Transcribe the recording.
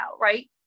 right